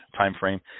timeframe